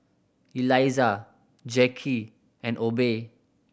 Elizah Jacky and Obe